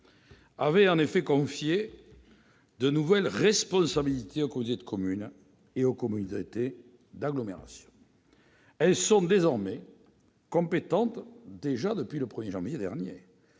a en effet confié de nouvelles responsabilités aux communautés de communes et aux communautés d'agglomération. Celles-ci sont compétentes, depuis le 1 janvier dernier,